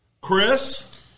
Chris